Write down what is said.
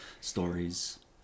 stories